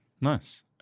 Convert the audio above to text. Nice